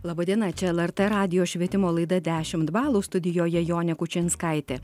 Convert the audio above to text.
laba diena čia lrt radijo švietimo laida dešimt balų studijoje jonė kučinskaitė